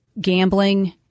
gambling